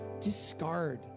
discard